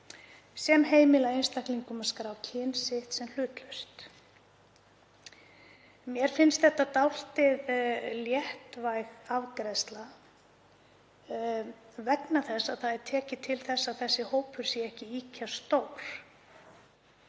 sem heimilar einstaklingum að skrá kyn sitt sem hlutlaust. Mér finnst þetta dálítið léttvæg afgreiðsla vegna þess að það er tekið til þess að þessi hópur sé ekki ýkja stór.